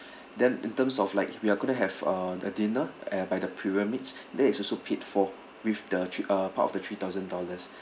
then in terms of like we're gonna have uh the dinner at by the pyramids that is also paid for with the thre~ uh part of the three thousand dollars